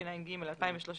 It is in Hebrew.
התשע"ג-2013